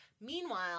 Meanwhile